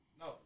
No